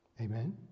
Amen